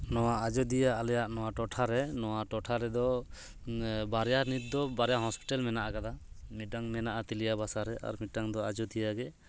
ᱱᱚᱣᱟ ᱟᱡᱳᱫᱤᱭᱟᱹ ᱟᱞᱮᱭᱟᱜ ᱱᱚᱣᱟ ᱴᱚᱴᱷᱟᱨᱮ ᱱᱚᱣᱟ ᱴᱚᱴᱷᱟ ᱨᱮᱫᱚ ᱵᱟᱨᱭᱟ ᱱᱤᱛ ᱫᱚ ᱵᱟᱨᱭᱟ ᱦᱚᱥᱯᱤᱴᱟᱞ ᱢᱮᱱᱟᱜ ᱠᱟᱫᱟ ᱢᱤᱫᱴᱟᱱ ᱢᱮᱱᱟᱜᱼᱟ ᱛᱤᱞᱭᱟ ᱵᱟᱥᱟᱨᱮ ᱢᱤᱫᱴᱟᱱ ᱫᱚ ᱟᱡᱳᱫᱤᱭᱟᱹᱜᱮ